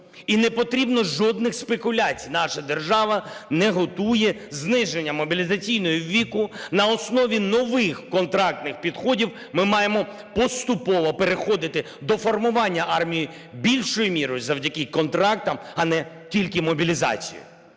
І непотрібно жодних спекуляцій, наша держава не готує зниження мобілізаційного віку. На основі нових контрактних підходів ми маємо поступово переходити до формування армії більшою мірою завдяки контрактам, а не тільки мобілізації.